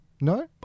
No